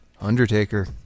Undertaker